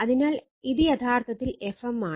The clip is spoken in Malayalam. അതിനാൽ ഇത് യഥാർത്ഥത്തിൽ Fm ആണ്